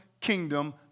kingdom